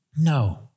No